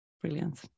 Brilliant